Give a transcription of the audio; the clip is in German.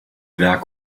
werke